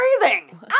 breathing